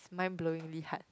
mind blowingly hard